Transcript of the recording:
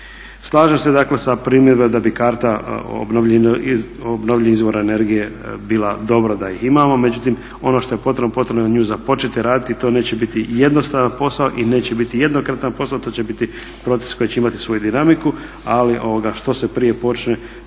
Slažem se dakle sa primjedbom da bi karta obnovljivih izvora energije bila dobra da je imamo, međutim ono što je potrebno potrebno je nju započeti raditi i to neće biti jednostavna posao i neće biti jednokratan posao, to će biti proces koji će imati svoju dinamiku ali što se prije počne